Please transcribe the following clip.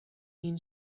این